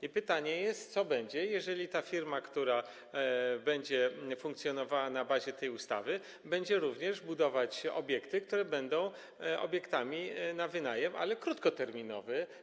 I pytanie: Co będzie, jeżeli firma, która będzie funkcjonowała na bazie tej ustawy, będzie również budować obiekty, które będą obiektami na wynajem, ale krótkoterminowy?